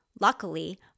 Luckily